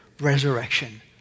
resurrection